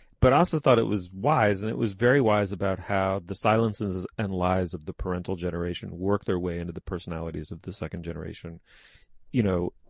but i also thought it was wise and it was very wise about how the silences and lies of the parental generation worked their way into the personalities of the second generation you know.